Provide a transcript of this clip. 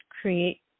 create